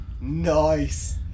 Nice